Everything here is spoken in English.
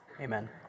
Amen